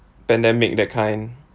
pandemic that kind